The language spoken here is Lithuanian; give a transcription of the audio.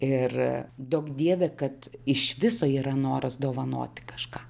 ir duok dieve kad iš viso yra noras dovanoti kažką